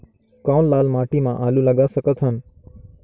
कौन लाल माटी म आलू लगा सकत हन?